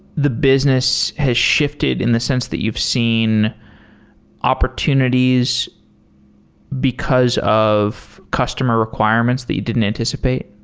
the business has shifted in the sense that you've seen opportunities because of customer requirements that you didn't anticipate?